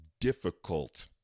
difficult